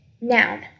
noun